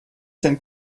denn